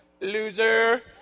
Loser